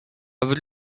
would